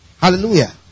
Hallelujah